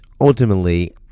ultimately